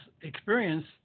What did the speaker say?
experience